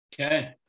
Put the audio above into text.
Okay